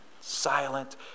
silent